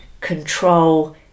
control